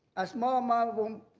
a small amount won't